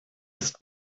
ist